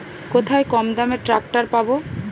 কোথায় কমদামে ট্রাকটার পাব?